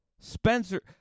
Spencer